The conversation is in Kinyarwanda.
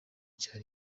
cya